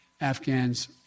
Afghans